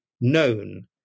known